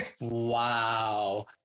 Wow